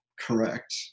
Correct